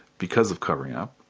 because of covering up.